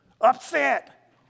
Upset